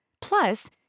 Plus